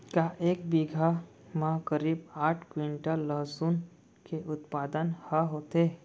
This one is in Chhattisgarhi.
का एक बीघा म करीब आठ क्विंटल लहसुन के उत्पादन ह होथे?